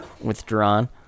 withdrawn